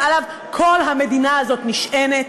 שעליו כל המדינה הזאת נשענת.